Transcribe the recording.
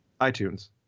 iTunes